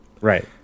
Right